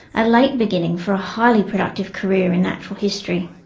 a late beginning for a highly productive career in natural history.